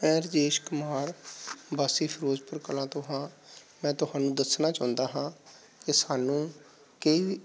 ਮੈ ਰਜੇਸ਼ ਕੁਮਾਰ ਵਾਸੀ ਫਿਰੋਜ਼ਪੁਰ ਕਲਾਂ ਤੋਂ ਹਾਂ ਮੈਂ ਤੁਹਾਨੂੰ ਦੱਸਣਾ ਚਾਹੁੰਦਾ ਹਾਂ ਕਿ ਸਾਨੂੰ ਕਈ